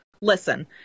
Listen